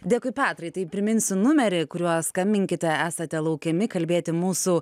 dėkui petrai tai priminsiu numerį kuriuo skambinkite esate laukiami kalbėti mūsų